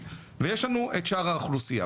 ויש לנו את שאר האוכלוסייה.